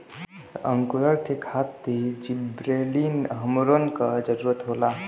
अंकुरण के खातिर जिबरेलिन हार्मोन क जरूरत होला